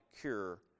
cure